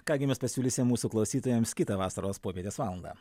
ką gi mes pasiūlysim mūsų klausytojams kitą vasaros popietės valandą